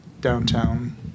downtown